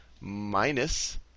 minus